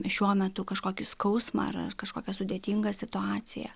šiuo metu kažkokį skausmą ar ar kažkokią sudėtingą situaciją